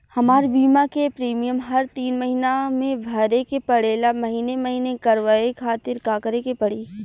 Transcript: हमार बीमा के प्रीमियम हर तीन महिना में भरे के पड़ेला महीने महीने करवाए खातिर का करे के पड़ी?